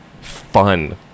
fun